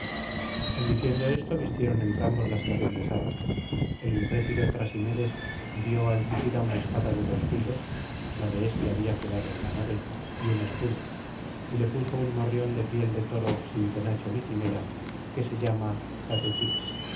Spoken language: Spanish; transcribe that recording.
en diciendo esto vistieron entrambos las terribles armas el intrépido trasimedes dio al tidida una espada de dos filos la de éste había quedado en la nave y un escudo y le puso un morrión de piel de toro sin penacho ni cimera que se llama catetyx